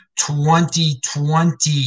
2020